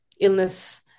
illness